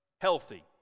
healthy